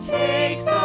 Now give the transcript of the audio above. takes